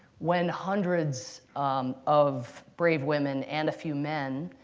when hundreds of brave women, and a few men,